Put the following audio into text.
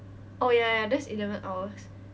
oh ya ya ya that's eleven hours